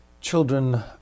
children